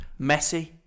Messi